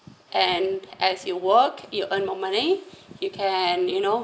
and as you work you earn more money you can you know